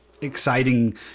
exciting